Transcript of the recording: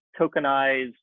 tokenized